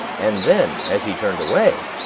and then, as he turned away,